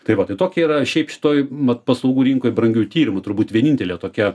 tai va tai tokia yra šiaip šitoj va paslaugų rinkoj brangiųjų tyrimų turbūt vienintelė tokia